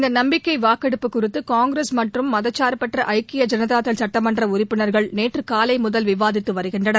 இந்த நம்பிக்கை வாக்கெடுப்பு குறித்து காங்கிரஸ் மற்றும் மதச்சார்பற்ற ஐனதா தள் சட்டமன்ற உறுப்பினர்கள் நேற்று காலை முதல் விவாதித்து வருகின்றனர்